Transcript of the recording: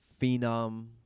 phenom